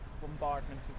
bombardment